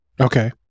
Okay